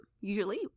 usually